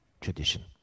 tradition